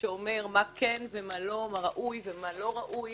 שאומר מה כן ומה לא, מה ראוי ומה לא ראוי,